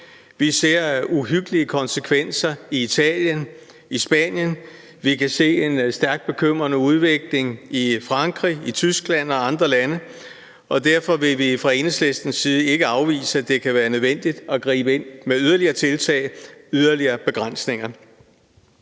Vi ser uhyggelige konsekvenser i Italien og i Spanien, og vi kan se en stærkt bekymrende udvikling i Frankrig, i Tyskland og i andre lande. Derfor vil vi fra Enhedslistens side ikke afvise, at det kan være nødvendigt at gribe ind med yderligere tiltag, yderligere begrænsninger.